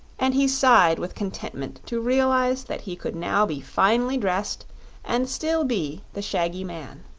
and he sighed with contentment to realize that he could now be finely dressed and still be the shaggy man.